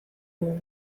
dugu